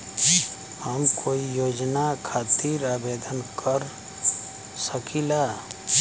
हम कोई योजना खातिर आवेदन कर सकीला?